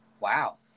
Wow